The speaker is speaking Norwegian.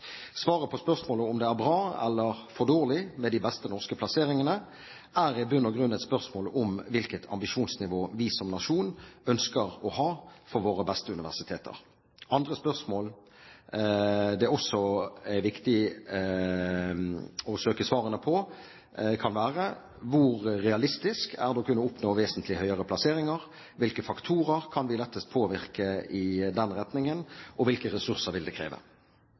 Svaret på spørsmålet om det er bra, eller for dårlig med de beste norske plasseringene, er i bunn og grunn et spørsmål om hvilket ambisjonsnivå vi som nasjon ønsker å ha for våre beste universiteter. Andre spørsmål det også er viktig å søke svarene på, kan være hvor realistisk det er å oppnå vesentlig høyere plasseringer, hvilke faktorer vi lettest kan påvirke i den retningen, og hvilke ressurser det vil kreve.